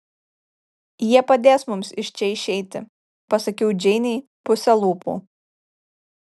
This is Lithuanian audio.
jie padės mums iš čia išeiti pasakiau džeinei puse lūpų